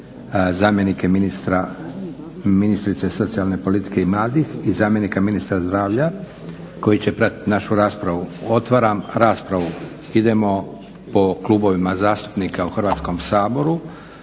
zamjenike ministrice socijalne politike i mladih i zamjenika ministra zdravlja koji će pratiti našu raspravu. Otvaram raspravu. Idemo po klubovima zastupnika u Hrvatskom saboru.